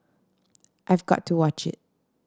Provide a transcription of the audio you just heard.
I've got to watch it